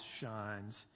shines